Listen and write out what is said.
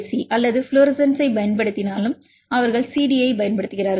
C அல்லது ஃப்ளோரசன்ஸைப் பயன்படுத்தினாலும் இங்கே அவர்கள் CD பயன்படுத்துகிறார்கள்